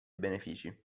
benefici